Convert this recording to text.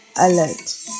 alert